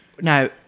Now